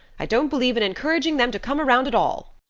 i don't believe in encouraging them to come around at all.